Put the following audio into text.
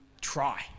try